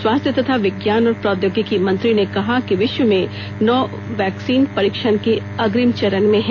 स्वास्थ्य तथा विज्ञान और प्रौद्योगिकी मंत्री ने कहा कि विश्व में नौ वैक्सीन परीक्षण के अग्रिम चरण में हैं